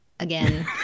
Again